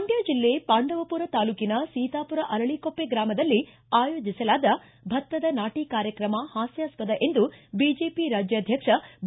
ಮಂಡ್ಟ ಜಿಲ್ಲೆ ಪಾಂಡವಪುರ ತಾಲ್ಲೂಕಿನ ಸೀತಾಪುರ ಅರಳಕುಪ್ಪೆ ಗ್ರಾಮದಲ್ಲಿ ಆಯೋಜಿಸಲಾದ ಭತ್ತದ ನಾಟಿ ಕಾರ್ಯಕ್ರಮ ಹಾಸ್ತ್ರಸದ ಎಂದು ಬಿಜೆಪಿ ರಾಜ್ಯಾಧ್ಯಕ್ಷ ಬಿ